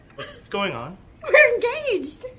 going on? we're engaged!